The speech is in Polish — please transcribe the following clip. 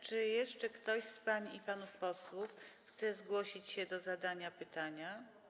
Czy jeszcze ktoś z pań i panów posłów chce zgłosić się do zadania pytania?